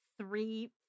three